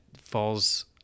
falls